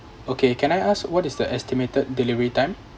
okay can I ask what is the estimated delivery time